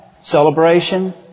celebration